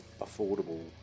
affordable